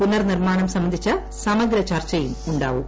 പുനർ നിർമ്മാണം സംബന്ധിച്ച സമഗ്ര ചർച്ചയും ഉണ്ടാവും